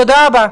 תודה רבה לכם.